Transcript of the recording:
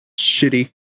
shitty